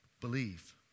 believe